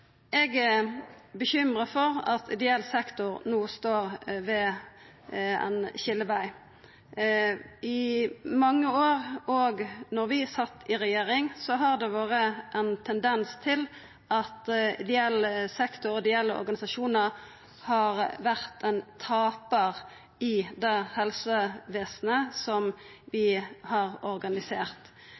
Eg er uroa over at ideell sektor no står ved ein skiljeveg. I mange år, òg då vi sat i regjering, har det vore ein tendens til at ideell sektor og ideelle organisasjonar har vore taparar i det helsevesenet vi har organisert.